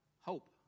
hope